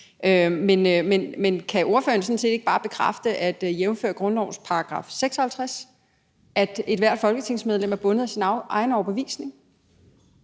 Men kan ordføreren sådan set ikke bare bekræfte, at jævnfør grundlovens § 56 er ethvert folketingsmedlem bundet af sin egen overbevisning?